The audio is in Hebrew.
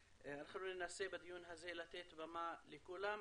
ננסה בדיון הזה לתת במה לכולם,